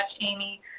Amy